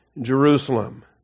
Jerusalem